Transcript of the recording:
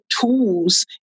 tools